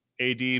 AD